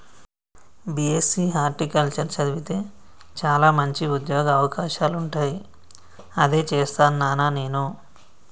BSc horticulture చదివితే చాల మంచి ఉంద్యోగ అవకాశాలుంటాయి అదే చేస్తాను నానా నేను